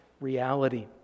reality